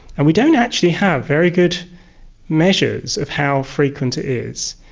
and we don't actually have very good measures of how frequent it is.